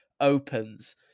opens